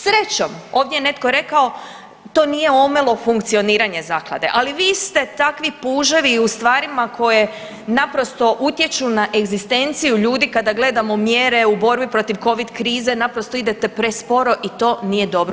Srećom ovdje je netko rekao to nije omelo funkcioniranje zaklade, ali vi ste takvi puževi i u stvarima koje naprosto utječu na egzistenciju ljudi kada gledamo mjere u borbi protiv covid krize naprosto ide presporo i to nije dobro.